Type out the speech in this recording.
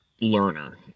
learner